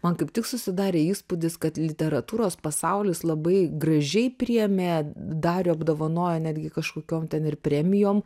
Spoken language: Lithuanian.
man kaip tik susidarė įspūdis kad literatūros pasaulis labai gražiai priėmė darių apdovanojo netgi kažkokiom ten ir premijom